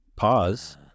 Pause